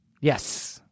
Yes